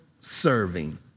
serving